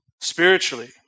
spiritually